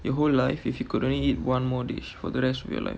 your whole life if you could only eat one more dish for the rest of your life